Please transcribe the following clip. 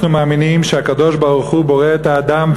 אנחנו מאמינים שהקדוש-ברוך-הוא בורא את האדם,